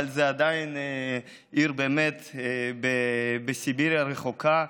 אבל זאת עדיין עיר בסיביר הרחוקה.